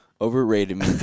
Overrated